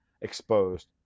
exposed